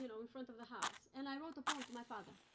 you know in front of the house, and i wrote a poem to my father.